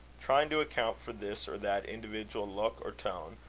trying to account for this or that individual look or tone,